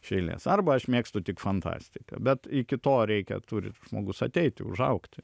iš eilės arba aš mėgstu tik fantastiką bet iki to reikia turi žmogus ateiti užaugti